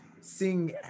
sing